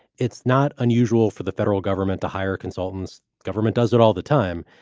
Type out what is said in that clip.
it's not unusual for the federal government to hire consultants. government does it all the time.